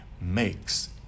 makes